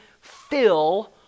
fill